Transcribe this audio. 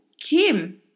kim